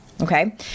Okay